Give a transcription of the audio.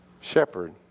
shepherd